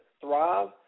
thrive